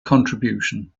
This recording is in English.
contribution